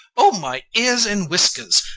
oh my ears and whiskers,